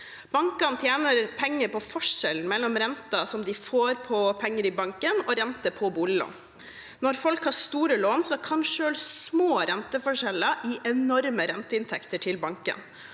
Bankene tjener penger på forskjellen mellom renter som de får på penger i banken, og renter på boliglån. Når folk har store lån, kan selv små renteforskjeller gi enorme renteinntekter til banken,